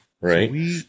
Right